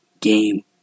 game